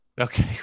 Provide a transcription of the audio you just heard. Okay